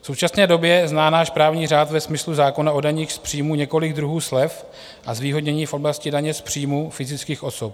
V současné době zná náš právní řád ve smyslu zákona o daních z příjmů několik druhů slev a zvýhodnění v oblasti daně z příjmů fyzických osob.